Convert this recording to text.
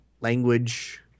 language